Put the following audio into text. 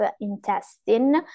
intestine